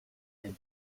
and